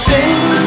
Sing